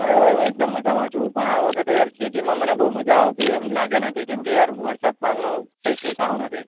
હાં રમણભાઈ હું એકદમ મજામાં છું પણ આ વખતે યાર ખેતીમાં મને બહુ મજા આવતી એમ લાગે નથી કેમકે યાર વરસાદ પણનું કઈ ઠેકાણું નથી